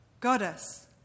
goddess